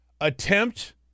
attempt